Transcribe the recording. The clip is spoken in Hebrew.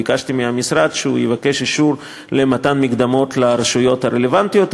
ביקשתי מהמשרד שיבקש אישור למתן מקדמות לרשויות הרלוונטיות.